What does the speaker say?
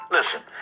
Listen